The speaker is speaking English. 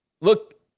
Look